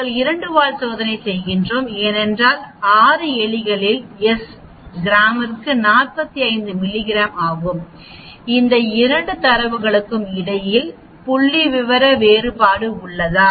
நாங்கள் 2 வால் சோதனை செய்கிறோம் ஏனென்றால் 6 எலிகளில் எஸ் ஒரு கிராமுக்கு 45 மில்லிகிராம் ஆகும் இந்த 2 தரவுகளுக்கும் இடையில் புள்ளிவிவர வேறுபாடு உள்ளதா